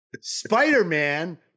Spider-Man